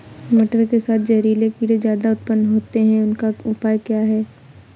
मटर के साथ जहरीले कीड़े ज्यादा उत्पन्न होते हैं इनका उपाय क्या है?